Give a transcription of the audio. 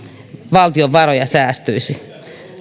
valtion varoja säästyisi